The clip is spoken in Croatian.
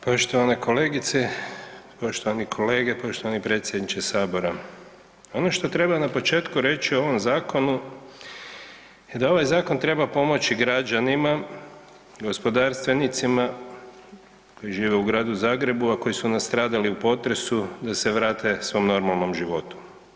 Poštovane kolegice, poštovani kolege, poštovani predsjedniče sabora, ono što treba na početku reći o ovom zakonu je da ovaj zakon treba pomoći građanima, gospodarstvenicima koji žive u gradu Zagrebu, a koji su nastradali u potresu da se vrate svom normalnom životu.